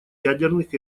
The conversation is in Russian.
ядерных